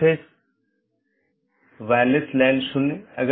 चौथा वैकल्पिक गैर संक्रमणीय विशेषता है